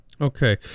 Okay